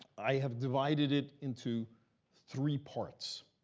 i have divided into three parts.